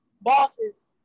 bosses